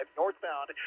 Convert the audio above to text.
northbound